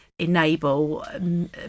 enable